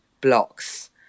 blocks